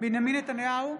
בנימין נתניהו,